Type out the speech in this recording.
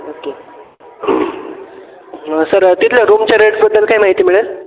okay sir तिथलं रूमच्या रेटबद्दल काय माहिती मिळेल